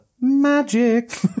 magic